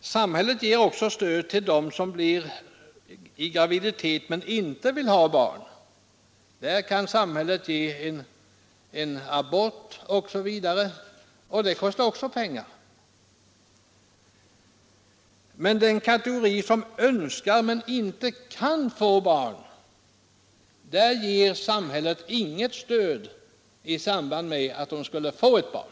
Samhället lämnar också stöd till dem som blir gravida men inte vill ha barn — där kan samhället medge abort osv. Det kostar också pengar. Men åt den kategori som önskar men inte kan få barn ger samhället inget stöd i samband med övertagandet av vårdnaden av ett barn.